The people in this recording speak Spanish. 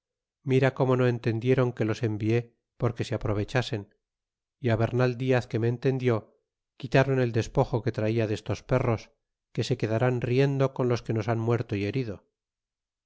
mira como no entendieron que los envie porque se aprovechasen y bernal diaz que me entendió quitáron el des pojo que traia destos perros que se quedarán riendo con los que nos han muerto y herido